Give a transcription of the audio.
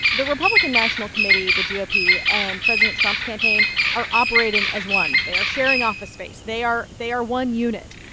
the republican national committee, the gop and president trump's campaign are operating as one. they are sharing office space. they are they are one unit,